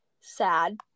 sad